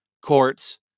courts